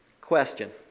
Question